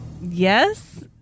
Yes